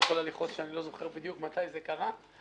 יכולה לכעוס שאני לא זוכר בדיוק מתי זה קרה.